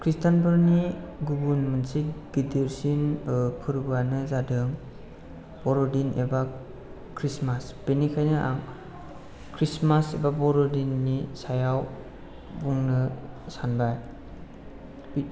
खृस्टानफोरनि गुबुन मोनसे गिदिरसिन ओह फोरबोआनो जादों बर'दिन एबा खृष्टमास बेनिखायनो आं खृष्टमास एबा बर'दिननि सायाव बुंनो सानबाय